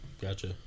Gotcha